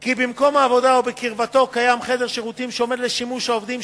כי במקום העבודה או בקרבתו קיים חדר שירותים שעומד לשימוש העובדים,